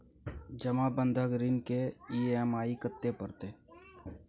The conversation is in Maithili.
जमा बंधक ऋण के ई.एम.आई कत्ते परतै?